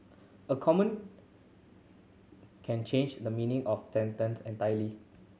a common can change the meaning of sentence entirely